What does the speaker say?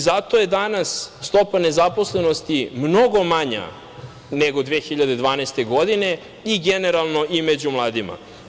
Zato je danas stopa nezaposlenosti mnogo manja nego 2012. godine i generalno i među mladima.